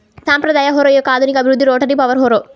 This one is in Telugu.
సాంప్రదాయ హారో యొక్క ఆధునిక అభివృద్ధి రోటరీ పవర్ హారో